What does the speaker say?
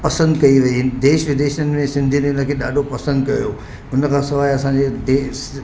पंसदि कई वई देश विदेशनि में सिंधीयत हिन खे ॾाढो पंसदि कयो उन खां सवाइ असांजो देश